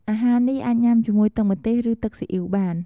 អាហារនេះអាចញ៉ាំជាមួយទឹកម្ទេសឬទឹកស៊ីអ៉ីវបាន។